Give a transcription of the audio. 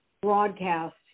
broadcast